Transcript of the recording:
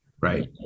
right